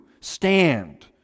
stand